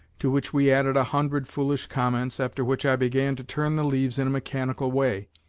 to which we added a hundred foolish comments, after which i began to turn the leaves in a mechanical way.